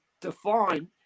define